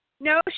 No